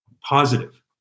positive